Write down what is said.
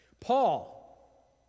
Paul